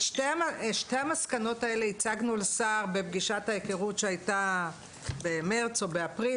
את שתי המסקנות האלה הצגנו לשר בפגישת היכרות שהייתה במרץ או באפריל,